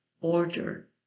order